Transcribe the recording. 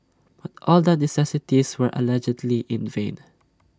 but all the niceties were allegedly in vain